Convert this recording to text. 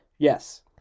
Yes